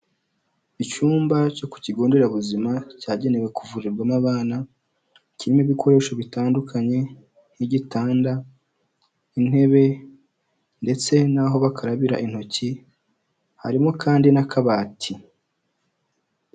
Icyumba cyo ku kigo nderabuzima cyagenewe kuvurirwamo abana, kirimo ibikoresho bitandukanye nk'igitanda, intebe ndetse n'aho bakarabira intoki, harimo kandi n'akabati.